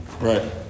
Right